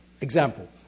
Example